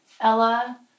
Ella